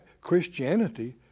Christianity